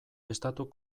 estatu